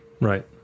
Right